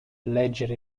leggere